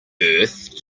earth